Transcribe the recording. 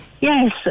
yes